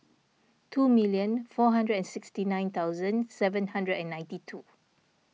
two million four hundred and sixty nine thousand seven hundred and ninety two